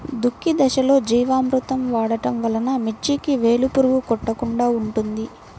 దుక్కి దశలో ఘనజీవామృతం వాడటం వలన మిర్చికి వేలు పురుగు కొట్టకుండా ఉంటుంది?